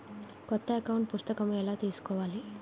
కొత్త అకౌంట్ పుస్తకము ఎలా తీసుకోవాలి?